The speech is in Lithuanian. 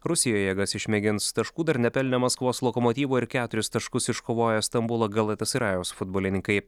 rusija jėgas išmėgins taškų dar nepelnę maskvos lokomotyvo ir keturis taškus iškovojęs stambulo galatasarajaus futbolininkai